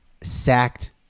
sacked